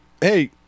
Hey